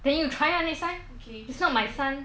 then you try lah next time it's not my son